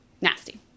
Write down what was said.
Nasty